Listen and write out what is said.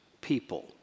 people